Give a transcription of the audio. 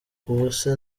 ubuse